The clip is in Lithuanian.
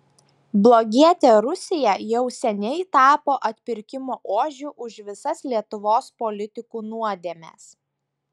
blogietė rusija jau seniai tapo atpirkimo ožiu už visas lietuvos politikų nuodėmes